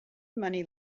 money